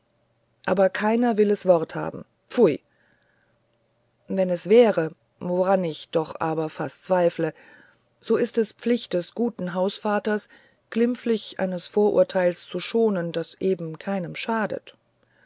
aber keiner will es wort haben pfui wenn es wäre woran ich aber doch fast zweifle so ist es pflicht des guten hausvaters glimpflich eines vorurteils zu schonen das eben keinem schadet